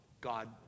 God